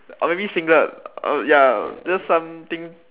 or maybe singlet ya just something